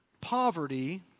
poverty